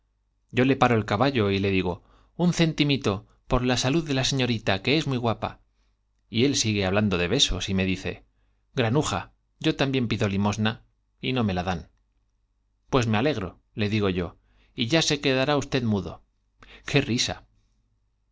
yo le paro el caballo y le digo un centimito y él la salud de la señorita que es muy guapa por hablando de besos y me dice granuja yo sigue la dan j pues me limosna y no me también pido mudo alegro le digo yo y ya se quedará usted risa